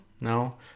no